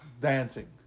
dancing